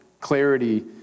clarity